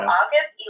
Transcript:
August